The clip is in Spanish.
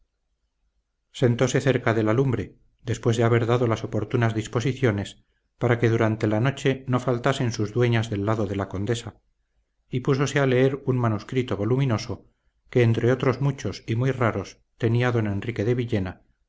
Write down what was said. sentóse cerca de la lumbre después de haber dado las oportunas disposiciones para que durante la noche no faltasen sus dueñas del lado de la condesa y púsose a leer un manuscrito voluminoso que entre otros muchos y muy raros tenía don enrique de villena